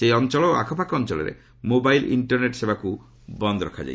ସେହି ଅଞ୍ଚଳ ଓ ଆଖପାଖ ଅଞ୍ଚଳରେ ମୋବାଇଲ୍ ଇଷ୍ଟରନେଟ୍ ସେବାକୁ ବନ୍ଦ ରଖାଯାଇଛି